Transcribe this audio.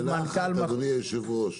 מילה אחת, אדוני היושב ראש.